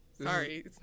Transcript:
Sorry